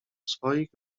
swoich